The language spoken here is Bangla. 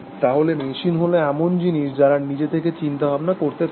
তাহলে মেশিন হল এমন জিনিস যারা নিজে থেকে চিন্তা ভাবনা করতে পারে না